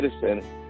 citizen